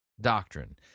doctrine